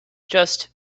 just